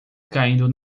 caindo